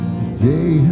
today